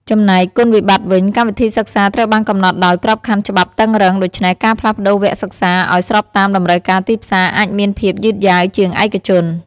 ចំំណែកគុណវិបត្តិវិញ កម្មវិធីសិក្សាត្រូវបានកំណត់ដោយក្របខ័ណ្ឌច្បាប់តឹងរ៉ឹង ដូច្នេះការផ្លាស់ប្ដូរវគ្គសិក្សាឲ្យស្របតាមតម្រូវការទីផ្សារអាចមានភាពយឺតយ៉ាវជាងឯកជន។